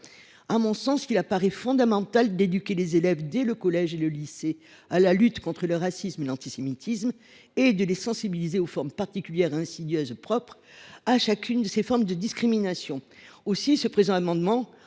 supérieur, il apparaît fondamental, dès le collège et le lycée, d’éduquer les élèves à la lutte contre le racisme et l’antisémitisme et de les sensibiliser aux formes particulières et insidieuses propres à chacune de ces formes de discrimination. Aussi le présent amendement